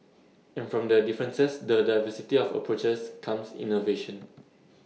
and from the differences the diversity of approaches comes innovation